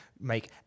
make